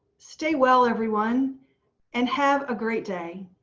stay well everyone and have a great day.